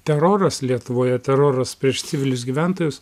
teroras lietuvoje teroras prieš civilius gyventojus